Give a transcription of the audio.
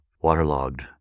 waterlogged